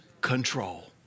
control